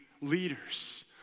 leaders